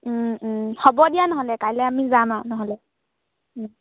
হ'ব দিয়া নহ'লে কাইলৈ আমি যাম আৰু নহ'লে